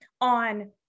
on